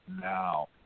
now